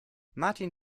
martin